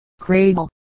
Cradle